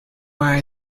why